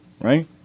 right